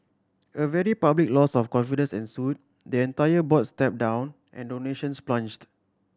a very public loss of confidence ensued the entire board stepped down and donations plunged